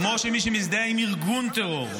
כמו מי שמזדהה עם ארגון טרור,